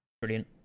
Brilliant